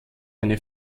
eine